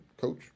coach